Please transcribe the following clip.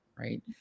right